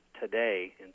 today